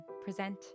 present